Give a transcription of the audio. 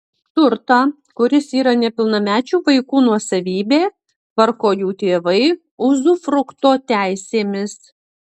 turtą kuris yra nepilnamečių vaikų nuosavybė tvarko jų tėvai uzufrukto teisėmis